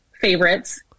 favorites